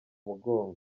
mugongo